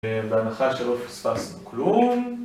בהנחה שלא פספסנו כלום